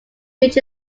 which